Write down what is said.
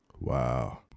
Wow